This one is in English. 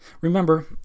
Remember